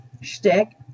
shtick